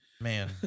Man